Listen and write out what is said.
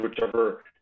whichever